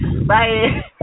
bye